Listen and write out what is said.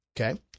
Okay